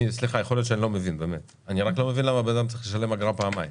לא מבין למה בן-אדם צריך לשלם אגרה פעמיים.